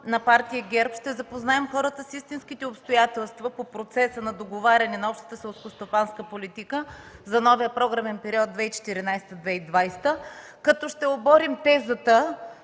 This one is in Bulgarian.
на партия ГЕРБ ще запознаем хората с истинските обстоятелства по процеса на договаряне на Общата селскостопанска политика (ОСП) за новия програмен период 2014-2020, като ще оборим тезата